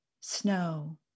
snow